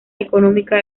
económica